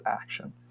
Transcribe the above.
action